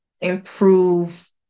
improve